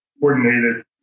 coordinated